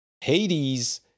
Hades